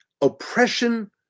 Oppression